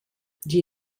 die